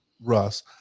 Russ